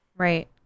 Right